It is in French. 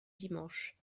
dimanche